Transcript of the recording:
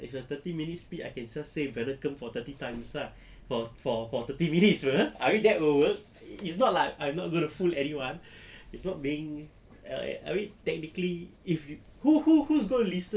if you're thirty minute speech I can just say vanakam for thirty times ah for for thirty minutes [pe] I think that would work it's not like I'm not gonna fool anyone it's not being I I mean technically if you who who who's gonna listen